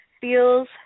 Feels